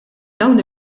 dawn